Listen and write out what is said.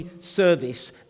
service